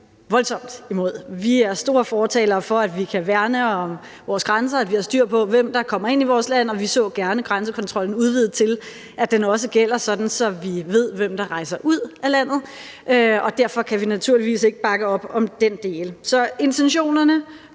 voldsomt imod. Vi er store fortalere for, at man kan værne om grænserne, og at man har styr på, hvem der kommer ind i landet, og vi så gerne grænsekontrollen udvidet til, at den også gælder, sådan at man ved, hvem der rejser ud af landet, og derfor kan vi naturligvis ikke bakke op om den del. Så intentionerne